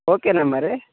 ఓకేనా మరి